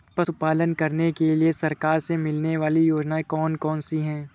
पशु पालन करने के लिए सरकार से मिलने वाली योजनाएँ कौन कौन सी हैं?